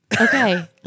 Okay